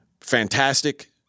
Fantastic